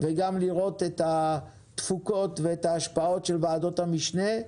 וגם לראות את התפוקות וההשפעות של ועדות המשנה.